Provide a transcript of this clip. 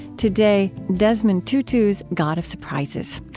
today desmond tutu's god of surprises,